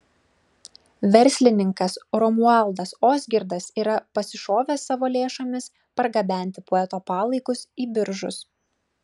verslininkas romualdas ozgirdas yra pasišovęs savo lėšomis pargabenti poeto palaikus į biržus